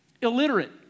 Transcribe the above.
illiterate